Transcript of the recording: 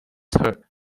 her